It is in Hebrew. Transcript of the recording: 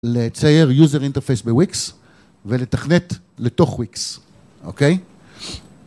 לצייר יוזר אינטרפייס בוויקס ולתכנת לתוך וויקס, אוקיי?